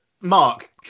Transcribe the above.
Mark